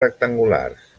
rectangulars